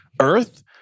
earth